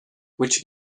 which